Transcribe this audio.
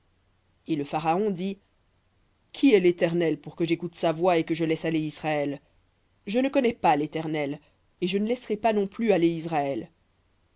et le pharaon dit qui est l'éternel pour que j'écoute sa voix et que je laisse aller israël je ne connais pas l'éternel et je ne laisserai pas non plus aller israël